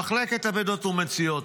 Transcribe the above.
"מחלקת אבדות ומציאות":